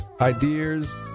ideas